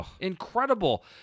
Incredible